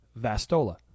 Vastola